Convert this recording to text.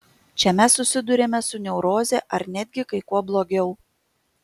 čia mes susiduriame su neuroze ar netgi kai kuo blogiau